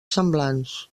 semblants